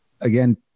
Again